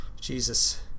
Jesus